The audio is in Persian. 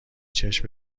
چشم